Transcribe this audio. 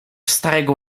starego